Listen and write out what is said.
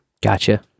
Gotcha